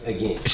Again